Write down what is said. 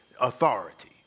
authority